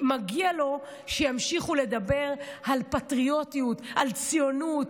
מגיע לו שימשיכו לדבר על פטריוטיות, על ציונות,